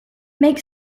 make